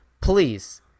Please